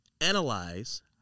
analyze